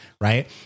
right